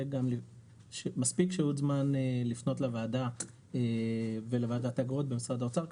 וגם מספיק שהות של זמן לפנות לוועדה ולוועדת האגרות במשרד האוצר,